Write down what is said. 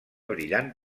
brillant